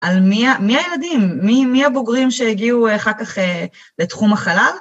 על מי הילדים, מי הבוגרים שהגיעו אחר כך לתחום החלל?